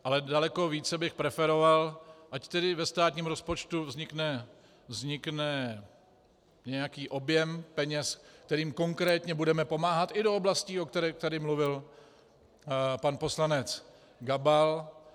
Ale daleko více bych preferoval, ať tedy ve státním rozpočtu vznikne nějaký objem peněz, kterým konkrétně budeme pomáhat i do oblastí, o kterých tady mluvil pan poslanec Gabal.